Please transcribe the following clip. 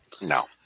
no